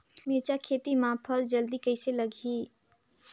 मिरचा खेती मां फल जल्दी कइसे लगही?